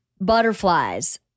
butterflies